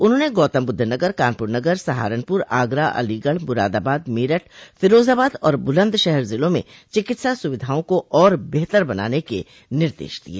उन्होंने गौतमबुद्धनगर कानपुर नगर सहारनपुर आगरा अलीगढ़ मुरादाबाद मेरठ फिरोजाबाद और बुलन्दशहर जिलों में चिकित्सा सुविधाओं को और बेहतर बनाने के निर्देश दिये